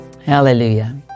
Hallelujah